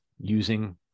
using